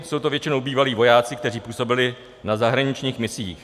Jsou to většinou bývalí vojáci, kteří působili na zahraničních misích.